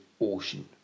ocean